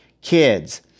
kids